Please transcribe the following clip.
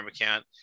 account